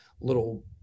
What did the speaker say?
little